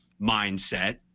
mindset